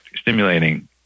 stimulating